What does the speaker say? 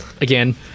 Again